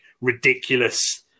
ridiculous